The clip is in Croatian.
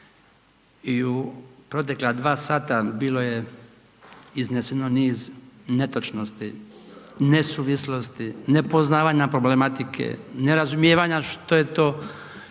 i u protekla 2 sata bilo je izneseno niz netočnosti, nesuvislosti, nepoznavanja problematike, nerazumijevanja što je to